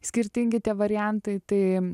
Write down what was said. skirtingi tie variantai tai